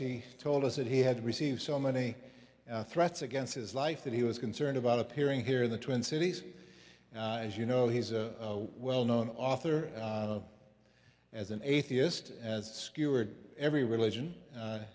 he told us that he had received so many threats against his life that he was concerned about appearing here in the twin cities and you know he's a well known author as an atheist and skewered every religion